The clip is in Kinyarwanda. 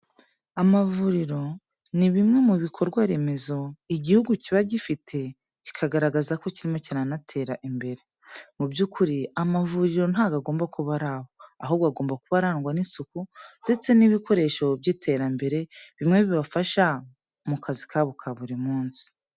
Amavuriro ni bimwe mu bikorwa remezo igihugu kiba gifite kikagaragaza ko kirimo kiranatera imbere, muby'ukuri amavuriro ntabwo agomba kuba ari aho, ahubwo agomba kuba arangwa n'isuku ndetse n'ibikoresho by'iterambere, bimwe bibafasha mu kazi kabo ka buri munsi.